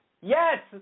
Yes